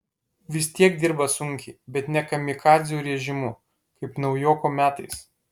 vis tiek dirba sunkiai bet ne kamikadzių režimu kaip naujoko metais